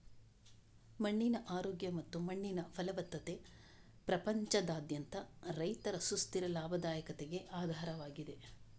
ಮಣ್ಣಿನ ಆರೋಗ್ಯ ಮತ್ತು ಮಣ್ಣಿನ ಫಲವತ್ತತೆ ಪ್ರಪಂಚದಾದ್ಯಂತ ರೈತರ ಸುಸ್ಥಿರ ಲಾಭದಾಯಕತೆಗೆ ಆಧಾರವಾಗಿದೆ